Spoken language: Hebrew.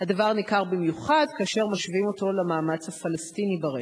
הדבר ניכר במיוחד כאשר משווים אותו למאמץ הפלסטיני ברשת.